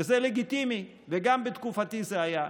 וזה לגיטימי וגם בתקופתי זה היה,